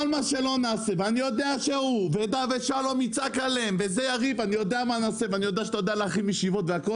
ואני יודע שאתה יודע להחרים ישיבות והכל